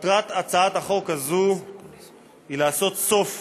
מטרת הצעת החוק הזאת היא לעשות סוף